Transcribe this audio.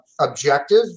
objective